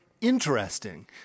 interesting